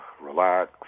relax